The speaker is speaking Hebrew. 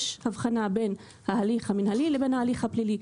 יש הבחנה בין ההליך המנהלי לבין ההליך הפלילי.